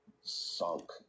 sunk